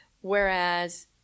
Whereas